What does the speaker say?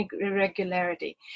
irregularity